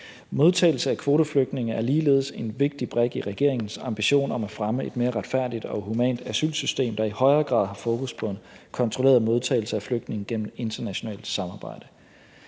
Modtagelse af kvoteflygtninge er ligeledes en vigtig brik i regeringens ambitioner om at fremme et mere retfærdigt og humant asylsystem, der i højere grad har fokus på en kontrolleret modtagelse af flygtninge gennem internationalt samarbejde.